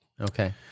Okay